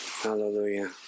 hallelujah